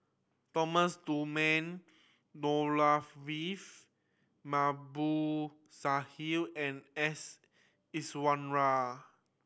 Thomas Dunman Babu Sahib and S Iswaran